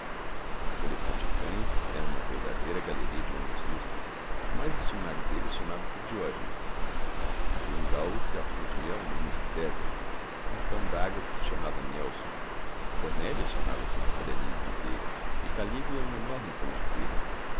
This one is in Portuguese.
a coleção de cães era uma verdadeira galeria de homens ilustres o mais estimado deles chamava-se diógenes havia um galgo que acudia ao nome de césar um cão dágua que se chamava nelson cornélia chamava-se uma cadelinha rateira e calígula um enorme cão de fila